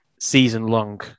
season-long